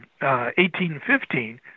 1815